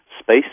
space